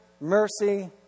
mercy